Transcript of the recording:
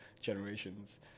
generations